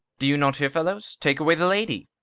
do you not hear, fellows? take away the lady.